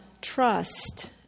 trust